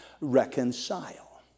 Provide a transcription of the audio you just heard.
reconcile